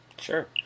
Sure